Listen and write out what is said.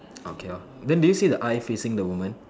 okay lor then do you see the eye facing the woman